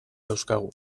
dauzkagu